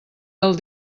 del